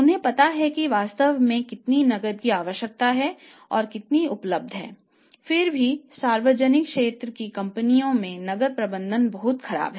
उन्हें पता है कि वास्तव में कितनी नकदी की आवश्यकता है और कितनी उपलब्ध है फिर भी सार्वजनिक क्षेत्र की कंपनी में नकदी प्रबंधन बहुत खराब है